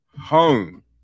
home